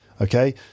Okay